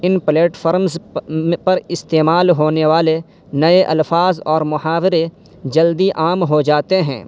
ان platforms پر استعمال ہونے والے نئے الفاظ اور محاورے جلدی عام ہو جاتے ہیں